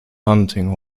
hunting